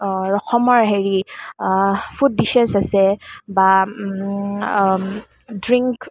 ৰকমৰ heavy food dishes আছে বা ড্ৰিংক